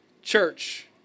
Church